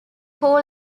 call